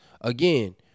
again